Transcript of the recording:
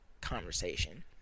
conversation